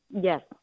Yes